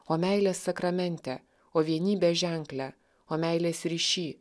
o meilės sakramente o vienybės ženkle o meilės ryšy